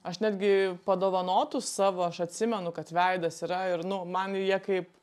aš netgi padovanotus savo aš atsimenu kad veidas yra ir nu man jie kaip